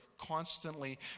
constantly